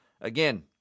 again